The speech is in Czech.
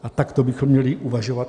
A takto bychom měli uvažovat i my.